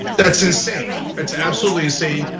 that's insane, it's absolutely insane.